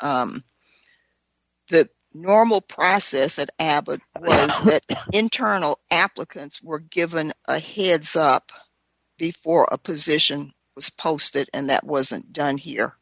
that normal process that abbott internal applicants were given a hits before a position posted and that wasn't done here